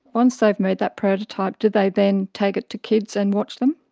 once they've made that prototype, do they then take it to kids and watch them?